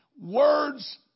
Words